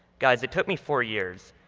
guys, it took me four years,